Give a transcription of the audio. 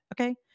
Okay